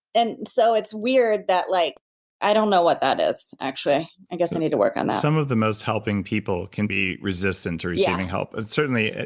and so it's weird, like i don't know what that is actually. i guess i need to work on that some of the most helping people can be resistant to receiving help and certainly,